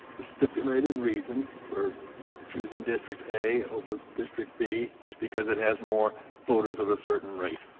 the stipulated reason for choosing district a over district b is because it has more voters of a certain race,